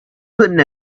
putting